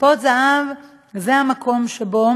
"טיפות זהב" זה המקום שבו